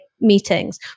meetings